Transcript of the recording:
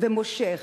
ומושך,